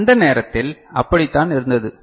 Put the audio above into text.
எனவே அந்த நேரத்தில் அப்படித்தான் இருந்தது